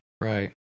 Right